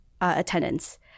attendance